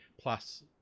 plus